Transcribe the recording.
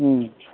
ᱦᱩᱸ